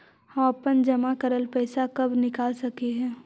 हम अपन जमा करल पैसा कब निकाल सक हिय?